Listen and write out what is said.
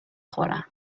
خورم